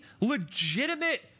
legitimate